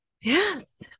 Yes